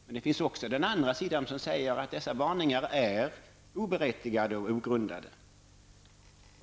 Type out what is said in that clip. Det finns också de som säger att dessa varningar är oberättigade och ogrundade.